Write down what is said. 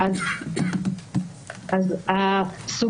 ואז,